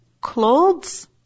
clothes